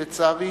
שלצערי